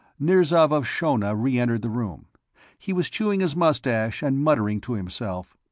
nirzav of shonna re-entered the room he was chewing his mustache and muttering to himself.